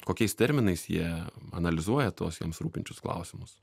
kokiais terminais jie analizuoja tuos jiems rūpinčius klausimus